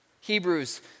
Hebrews